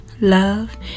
love